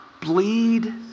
Bleed